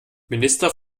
minister